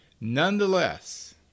Nonetheless